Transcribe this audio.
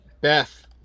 Beth